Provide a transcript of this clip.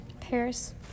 Paris